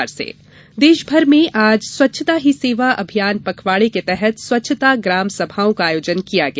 स्वच्छता अभियान देश भर में आज स्वच्छता ही सेवा अभियान पखवाड़े के तहत स्वच्छता ग्राम सभाओं का आयोजन किया गया